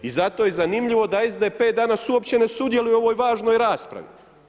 I zato je zanimljivo da SDP danas uopće ne sudjeluje u ovoj važnoj raspravi.